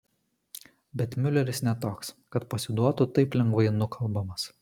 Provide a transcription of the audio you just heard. bet miuleris ne toks kad pasiduotų taip lengvai nukalbamas